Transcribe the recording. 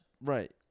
right